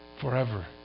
forever